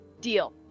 Deal